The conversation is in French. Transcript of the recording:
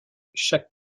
chaque